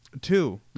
Two